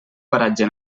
paratge